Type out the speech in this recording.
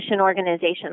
organization